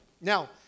Now